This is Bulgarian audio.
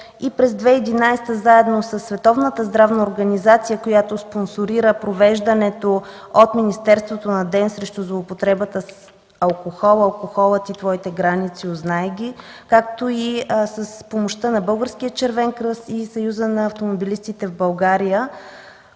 здравна организация, която спонсорира провеждането от министерството на Ден срещу злоупотребата с алкохола: „Алкохолът и твоите граници – узнай ги!”, както и с помощта на Българския Червен кръст и Съюза на автомобилистите в България,